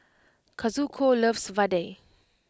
Kazuko loves Vadai